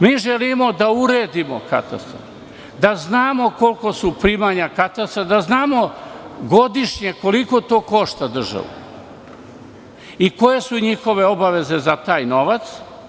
Mi želimo da uredimo katastar, da znamo kolika su primanja katastra, da znamo godišnje koliko to košta državu i koje su njihove obaveze za taj novac.